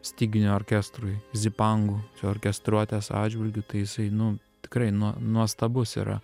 styginių orkestrui zipangu orkestruotės atžvilgiu tai jisai nu tikrai nuo nuostabus yra